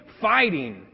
fighting